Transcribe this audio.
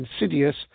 *Insidious*